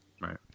Right